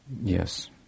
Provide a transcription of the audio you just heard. Yes